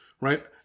Right